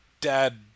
dad